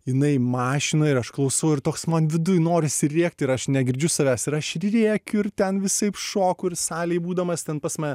jinai mašinoj ir aš klausau ir toks man viduj norisi rėkti ir aš negirdžiu savęs ir aš rėkiu ir ten visaip šoku ir salėj būdamas ten pas mane